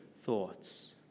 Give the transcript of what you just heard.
thoughts